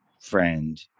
friend